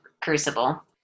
Crucible